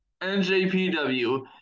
NJPW